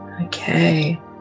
Okay